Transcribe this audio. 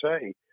say